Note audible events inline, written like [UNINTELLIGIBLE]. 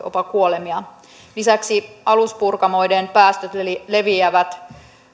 [UNINTELLIGIBLE] jopa kuolemia lisäksi aluspurkamoiden päästöt leviävät